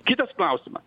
kitas klausimas